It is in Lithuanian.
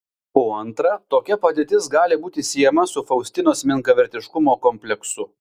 o antra tokia padėtis gali būti siejama su faustinos menkavertiškumo kompleksu